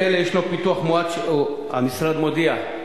המשרד מודיע: